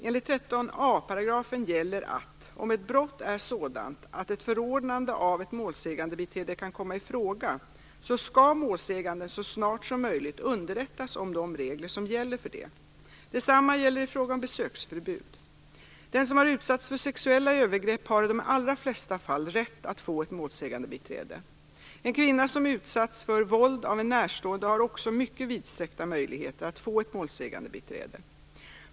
Enligt 13 a § gäller att om ett brott är sådant att ett förordnande av ett målsägandebiträde kan komma i fråga, så skall målsäganden så snart som möjligt underrättas om de regler som gäller för det. Detsamma gäller i fråga om besöksförbud. Den som har utsatts för sexuella övergrepp har i de allra flesta fall rätt att få ett målsägandebiträde. En kvinna som utsatts för våld av en närstående har också mycket vidsträckta möjligheter att få ett målsägandebiträde.